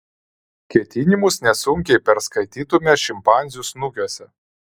ketinimus nesunkiai perskaitytume šimpanzių snukiuose